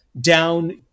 down